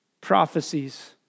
prophecies